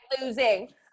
losing